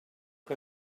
que